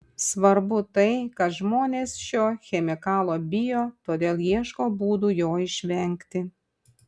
svarbu tai kad žmonės šio chemikalo bijo todėl ieško būdų jo išvengti